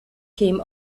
came